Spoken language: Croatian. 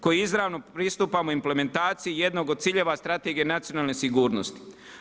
Koji izravno pristupamo implementaciji jednog od ciljeva strategije nacionalne sigurnosti.